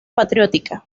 patriótica